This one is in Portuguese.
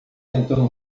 tentando